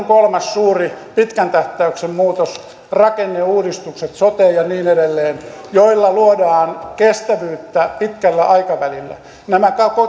kolmas suuri pitkän tähtäyksen muutos rakenneuudistukset sote ja niin edelleen joilla luodaan kestävyyttä pitkällä aikavälillä